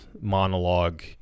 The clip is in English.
monologue